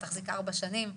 תחזיק ארבע שנים.